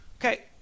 okay